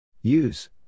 Use